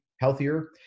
healthier